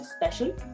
special